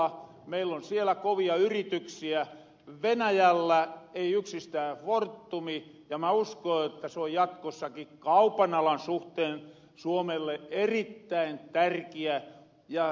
meil on siellä kovia yrityksiä venäjällä ei yksistään forttumi ja mä uskon jotta soon jatkossaki kaupan alan suhteen suomelle erittäin tärkiä ja hyöryllinen